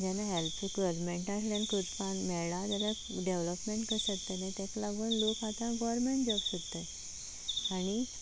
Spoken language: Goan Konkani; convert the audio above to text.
जेन्ना हॅल्प गरमँटा अल्ह्यान करपा मेळ्ळा जाल्या डॅवलॉपमॅण कशें जातलें तेका लागून लोक आतां गॉरमॅण जॉब सोदताय आनी